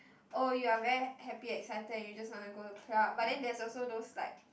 oh you are very happy excited and you just wanna go to club but then there's also those like